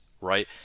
right